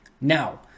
Now